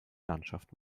landschaft